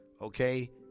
okay